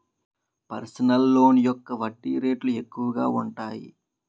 personal loan యొక్క వడ్డీ రేట్లు ఎక్కువగా ఉంటాయి